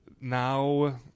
Now